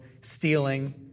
Stealing